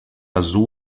azul